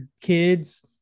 kids